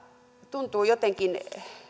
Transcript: tuntuu jotenkin